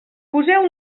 poseu